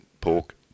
Pork